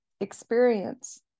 experience